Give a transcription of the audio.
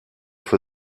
für